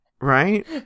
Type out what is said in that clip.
right